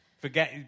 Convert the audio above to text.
forget